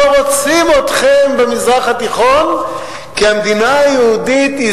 לא רוצים אתכם במזרח התיכון כי המדינה היהודית היא